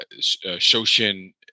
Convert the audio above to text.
Shoshin